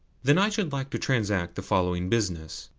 then i should like to transact the following business.